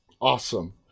Awesome